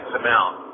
amount